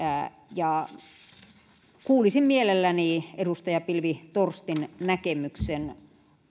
kuulisin mielelläni edustaja pilvi torstin näkemyksen